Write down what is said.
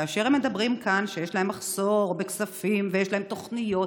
כאשר הם אומרים כאן שיש להם מחסור בכספים ויש להם תוכניות